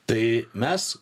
tai mes